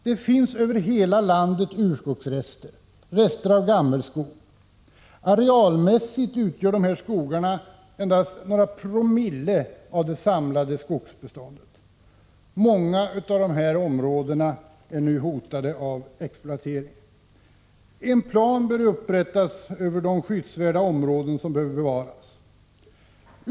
Det finns över hela landet urskogsrester och rester av gammal skog. Arealmässigt utgör de här skogarna endast några promille av det samlade skogsbeståndet. Många av dessa områden är nu hotade av exploatering. En plan bör upprättas över de skyddsvärda områden som behöver bevaras.